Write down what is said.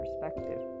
perspective